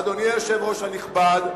אדוני היושב-ראש הנכבד,